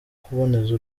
kuboneza